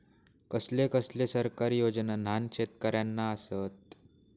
कसले कसले सरकारी योजना न्हान शेतकऱ्यांना आसत?